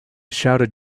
shouted